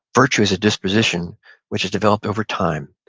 virtue is a disposition which is developed over time,